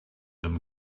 them